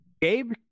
Gabe